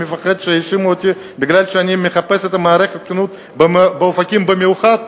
אני מפחד שיאשימו אותי שאני מחפש את מערכת החינוך באופקים במיוחד,